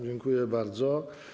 Dziękuję bardzo.